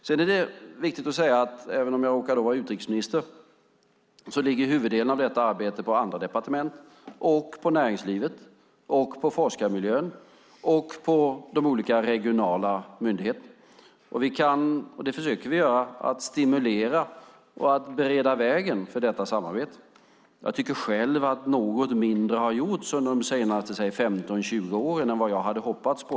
Sedan är det viktigt att säga, även om jag råkar vara utrikesminister, att huvuddelen av detta arbete ligger på andra departement och på näringslivet och på forskarmiljön och på de olika regionala myndigheterna. Vi kan - och det försöker vi göra - stimulera och bereda vägen för detta samarbete. Jag tycker själv att något mindre har gjorts under de senaste 15-20 åren än vad jag hade hoppats på.